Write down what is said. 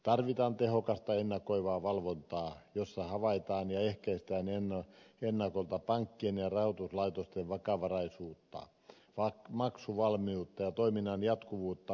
tarvitaan tehokasta ennakoivaa valvontaa jossa havaitaan ja ehkäistään ennakolta pankkien ja rahoituslaitosten vakavaraisuutta maksuvalmiutta ja toiminnan jatkuvuutta uhkaavat riskit